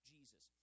Jesus